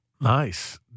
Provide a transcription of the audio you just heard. Nice